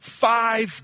Five